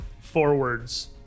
forwards